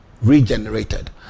regenerated